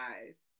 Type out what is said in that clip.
eyes